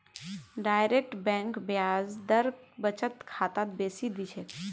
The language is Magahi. डायरेक्ट बैंक ब्याज दर बचत खातात बेसी दी छेक